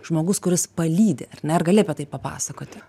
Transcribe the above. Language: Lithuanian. žmogus kuris palydi ar ne ar gali apie tai papasakoti